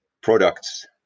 products